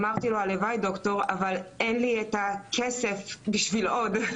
אמרתי לו: הלוואי, אבל אין לי כסף בשביל עוד.